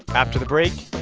after the break,